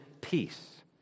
peace